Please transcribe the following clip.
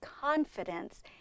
confidence